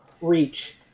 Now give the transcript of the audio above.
reach